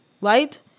right